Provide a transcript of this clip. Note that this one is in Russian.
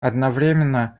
одновременно